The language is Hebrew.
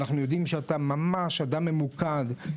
אנחנו יודעים שאתה ממש אדם ממוקדם,